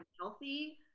healthy